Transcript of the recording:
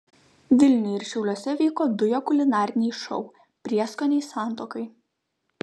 vilniuje ir šiauliuose vyko du jo kulinariniai šou prieskoniai santuokai